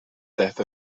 death